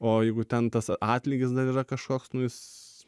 o jeigu ten tas atlygis dar yra kažkoks nu jis